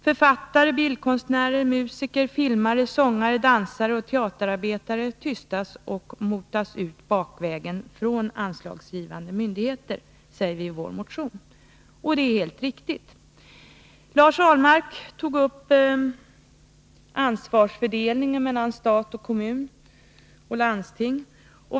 Författare, bildkonstnärer, musiker, filmare, sångare, dansare och teaterarbetare tystas och motas ut bakvägen från anslagsgivande myndigheter, säger vi i vår motion. Så förhåller det sig också. Lars Ahlmark tog i sitt anförande upp frågan om ansvarsfördelningen mellan stat, kommun och landsting.